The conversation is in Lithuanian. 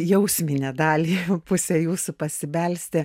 jausminę dalį pusę jūsų pasibelsti